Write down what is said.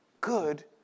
good